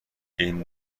این